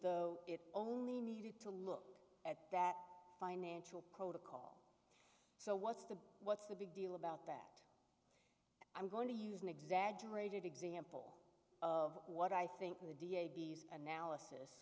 though it only needed to look at that financial protocol so what's the what's the big deal about that i'm going to use an exaggerated example of what i think the d n a analysis